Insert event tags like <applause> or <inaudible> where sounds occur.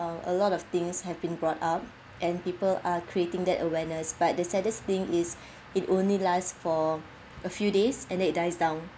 a lot of things have been brought up and people are creating that awareness but the saddest thing is <breath> it only last for a few days and it dies down